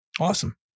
Awesome